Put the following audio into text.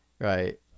right